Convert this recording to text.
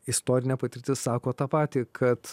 istorinė patirtis sako tą patį kad